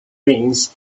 brains